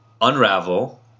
unravel